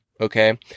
okay